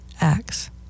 acts